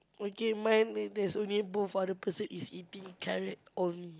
okay mine is there's only both other person is eating carrot only